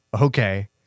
okay